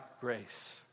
grace